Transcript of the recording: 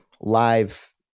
live